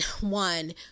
one